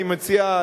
אני מציע,